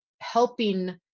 helping